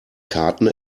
karten